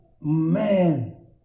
man